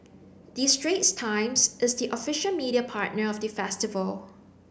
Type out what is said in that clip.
the Straits Times is the official media partner of the festival